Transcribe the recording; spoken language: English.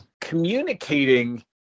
communicating